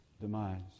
demise